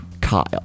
Kyle